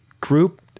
group